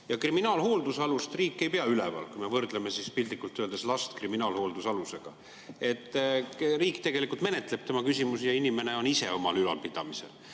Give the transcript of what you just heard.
ja kriminaalhooldusalust riik ei pea üleval, kui me võrdleme piltlikult öeldes last kriminaalhooldusalusega, riik tegelikult menetleb tema küsimusi ja inimene on ise omal ülalpidamisel.